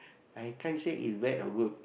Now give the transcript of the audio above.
I can't say is bad or good